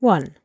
One